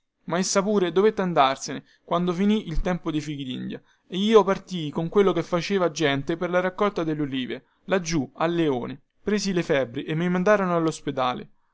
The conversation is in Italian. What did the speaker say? ma essa pure dovette andarsene quando finì il tempo dei fichidindia ed io partii con quello che faceva gente per la raccolta delle ulive laggiù al leone presi le febbri e mi mandarono allospedale